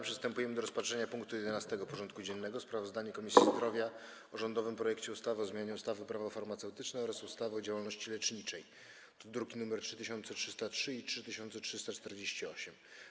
Przystępujemy do rozpatrzenia punktu 11. porządku dziennego: Sprawozdanie Komisji Zdrowia o rządowym projekcie ustawy o zmianie ustawy Prawo farmaceutyczne oraz ustawy o działalności leczniczej (druki nr 3303 i 3348)